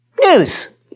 news